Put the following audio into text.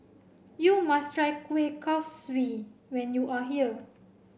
you must try Kuih Kaswi when you are here